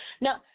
Now